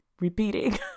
repeating